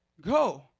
Go